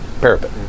Parapet